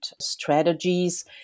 strategies